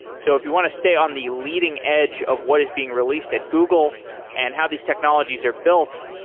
so if you want to stay on the leading edge of what is being released at google and how these technologies are built,